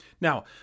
Now